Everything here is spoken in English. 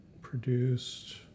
produced